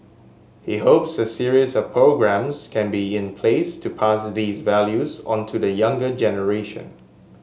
he hopes a series of programmes can be in place to pass these values on to the younger generation